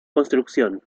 construcción